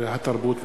התרבות והספורט.